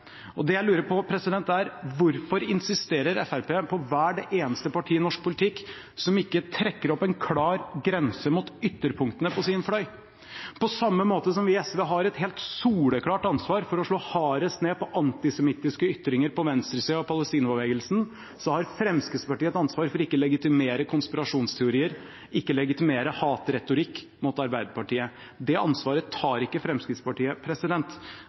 andre. Det jeg lurer på, er: Hvorfor insisterer Fremskrittspartiet på å være det eneste partiet i norsk politikk som ikke trekker opp en klar grense mot ytterpunktene på sin fløy? På samme måte som vi i SV har et helt soleklart ansvar for å slå hardest ned på antisemittiske ytringer på venstresida av Palestinabevegelsen, så har Fremskrittspartiet et ansvar for ikke å legitimere konspirasjonsteorier, ikke legitimere hatretorikk mot Arbeiderpartiet. Det ansvaret tar ikke Fremskrittspartiet.